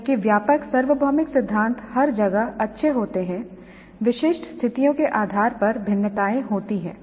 जबकि व्यापक सार्वभौमिक सिद्धांत हर जगह अच्छे होते हैं विशिष्ट स्थितियों के आधार पर भिन्नताएं होती हैं